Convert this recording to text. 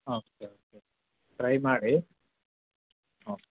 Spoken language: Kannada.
ಓಕೆ ಓಕೆ ಟ್ರೈ ಮಾಡಿ ಓಕೆ